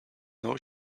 know